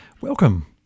Welcome